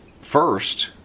first